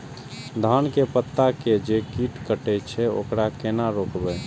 धान के पत्ता के जे कीट कटे छे वकरा केना रोकबे?